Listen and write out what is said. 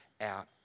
out